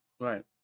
Right